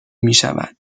میشود